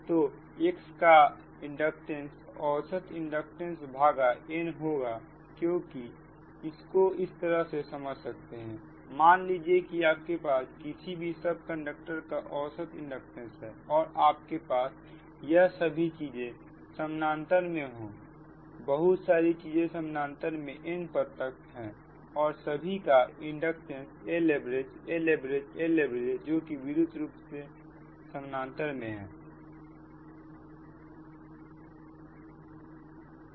तो X का inductance औसत इंडक्टेंस भागा n होगा इसको इस तरह से समझ सकते हैं मान लीजिए कि आपके पास किसी भी सब कंडक्टर का औसत इंडक्टेंस है और आपके पास यह सभी चीजें समानांतर में हो बहुत सारी चीजें समानांतर में n पद तक और सभी का inductance L average L average L average जोकि विद्युत रूप से समानांतर में है